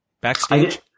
backstage